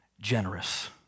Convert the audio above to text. generous